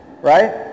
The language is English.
right